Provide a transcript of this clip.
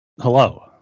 Hello